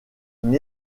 une